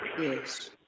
Yes